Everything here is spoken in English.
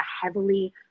heavily